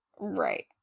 right